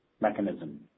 mechanism